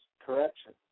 correction